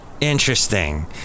Interesting